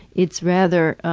it's rather